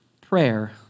prayer